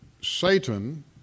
Satan